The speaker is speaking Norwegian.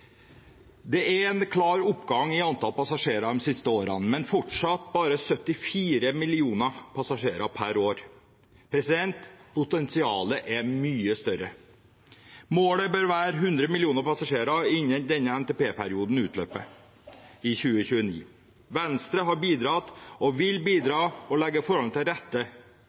Det er en klar oppgang i antall passasjerer de siste årene, men fortsatt bare 74 millioner passasjerer per år. Potensialet er mye større. Målet bør være 100 millioner passasjerer innen denne NTP-perioden utløper i 2029. Venstre har bidratt og vil bidra til å legge forholdene til rette.